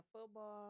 football